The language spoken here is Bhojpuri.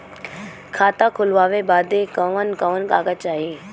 खाता खोलवावे बादे कवन कवन कागज चाही?